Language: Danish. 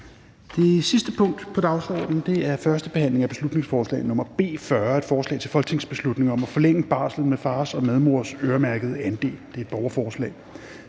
Det sidste punkt på dagsordenen er: 30) 1. behandling af beslutningsforslag nr. B 40: Forslag til folketingsbeslutning om at forlænge barslen med fars/medmors øremærkede andel (borgerforslag).